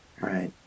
Right